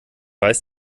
weiß